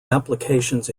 applications